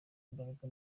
imbaraga